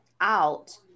out